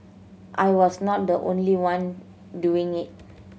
I was not the only one doing it